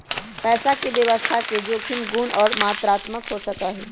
पैसा के व्यवस्था जोखिम गुण और मात्रात्मक हो सका हई